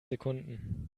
sekunden